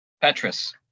Petrus